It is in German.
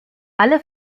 alle